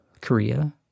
Korea